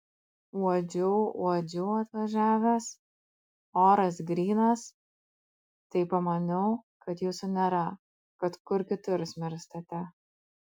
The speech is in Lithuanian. uodžiau uodžiau atvažiavęs oras grynas tai pamaniau kad jūsų nėra kad kur kitur smirstate